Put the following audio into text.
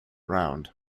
round